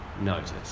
notice